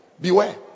beware